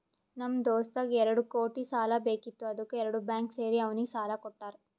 ನಮ್ ದೋಸ್ತಗ್ ಎರಡು ಕೋಟಿ ಸಾಲಾ ಬೇಕಿತ್ತು ಅದ್ದುಕ್ ಎರಡು ಬ್ಯಾಂಕ್ ಸೇರಿ ಅವ್ನಿಗ ಸಾಲಾ ಕೊಟ್ಟಾರ್